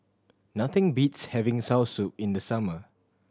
nothing beats having soursop in the summer